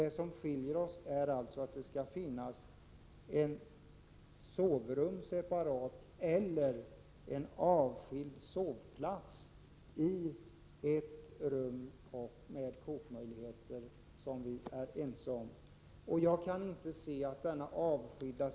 Det som skiljer oss åt är alltså att vpk kräver att det skall finnas ett separat sovrum eller en avskild sovplats i en bostad som, vilket vi är överens om, skall bestå av minst ett rum med kokskåp.